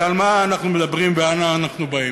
אז על מה אנחנו מדברים ואנה אנחנו באים?